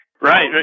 right